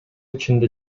ичинде